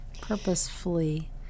purposefully